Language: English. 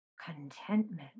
contentment